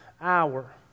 hour